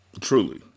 truly